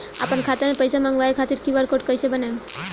आपन खाता मे पैसा मँगबावे खातिर क्यू.आर कोड कैसे बनाएम?